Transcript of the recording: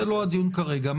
זה לא הדיון כרגע,